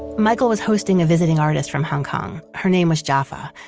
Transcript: michael was hosting a visiting artist from hong kong. her name was jaffa.